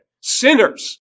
sinners